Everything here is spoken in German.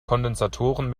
kondensatoren